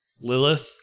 Lilith